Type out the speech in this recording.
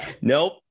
Nope